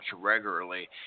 regularly